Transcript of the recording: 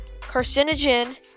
carcinogen